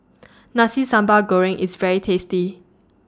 Nasi Sambal Goreng IS very tasty